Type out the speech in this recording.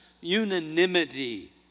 unanimity